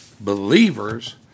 believers